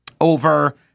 over